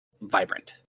vibrant